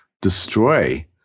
destroy